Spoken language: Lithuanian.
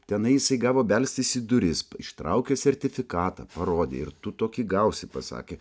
tenai jisai gavo belstis į duris ištraukė sertifikatą parodė ir tu tokį gausi pasakė